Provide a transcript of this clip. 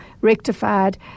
rectified